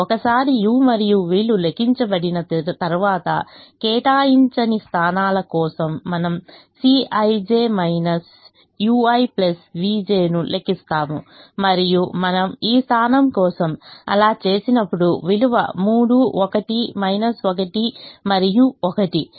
ఒకసారి u మరియు v లు లెక్కించబడినది తర్వాత కేటాయించని స్థానాల కోసం మనము Cij ui vjను లెక్కిస్తాము మరియు మనము ఈ స్థానం కోసం అలా చేసినప్పుడు విలువ 3 1 1 మరియు 1